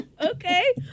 Okay